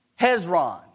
Hezron